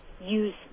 use